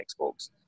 Xbox